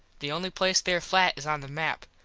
the only place there flat is on the map.